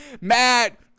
Matt